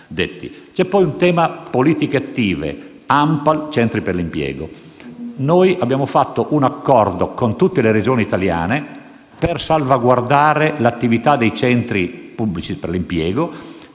concernente le politiche attive, l'ANPAL e i centri per l'impiego. Abbiamo fatto un accordo con tutte le Regioni italiane per salvaguardare l'attività dei centri pubblici per l'impiego